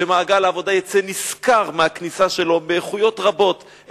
שמעגל העבודה יצא נשכר מהכניסה שלו לעבודה באיכויות רבות,